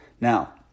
now